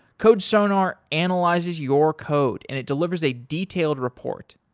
codesonar analyzes your code and it delivers a detailed report.